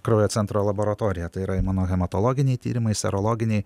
kraujo centro laboratorija tai yra imanohematologiniai tyrimai serologiniai